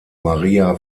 maria